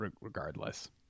regardless